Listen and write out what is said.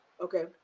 okay